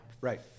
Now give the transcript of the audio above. Right